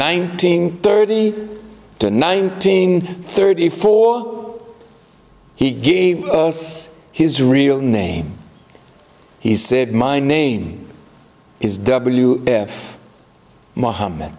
nineteen thirty to nineteen thirty four he gave us his real name he said my name is w f mohamm